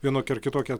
vienokia ar kitokia